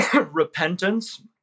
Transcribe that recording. repentance